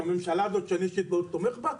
הממשלה הזאת שאני אישית מאוד תומך בה,